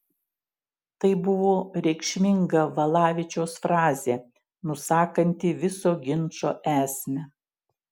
tai buvo reikšminga valavičiaus frazė nusakanti viso ginčo esmę